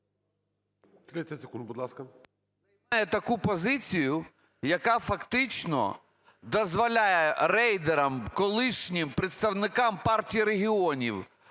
…таку позицію, яка фактично дозволяє рейдерам - колишнім представникам Партії регіонів